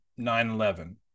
9-11